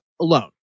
alone